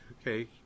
okay